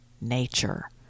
nature